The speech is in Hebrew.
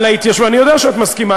מסכימה,